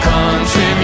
Country